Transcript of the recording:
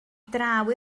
draw